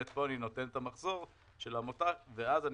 פה אני נותן את המחזור של העמותה ואז אני